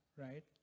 right